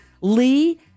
Lee